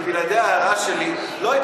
כי בלעדי ההערה שלי לא היית